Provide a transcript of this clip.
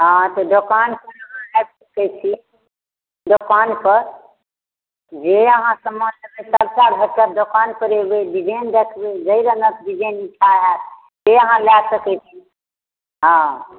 हँ तऽ दोकानपर अहाँ आबि सकै छी दोकानपर जे अहाँ सामान लेबै सभटा भेटत दोकानपर एबै डिजाइन देखबै जाहि रङ्गक डिजाइन इच्छा हैत से अहाँ लए सकै छी हँ